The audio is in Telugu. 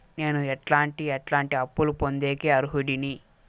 నేను ఎట్లాంటి ఎట్లాంటి అప్పులు పొందేకి అర్హుడిని?